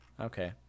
Okay